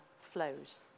flows